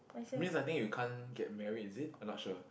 means I think you can't get married is it I not sure